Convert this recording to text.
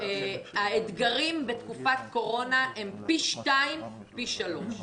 האתגרים בתקופת קורונה הם פי שניים או פי שלושה.